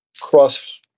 cross